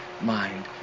mind